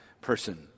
person